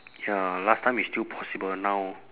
ya last time is still possible now